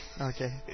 Okay